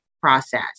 process